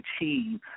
achieve